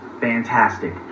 fantastic